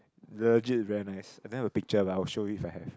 legit is very nice I don't have a picture but I'll show you if I have